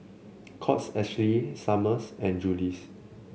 Courts Ashley Summers and Julie's